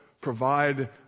provide